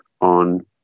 on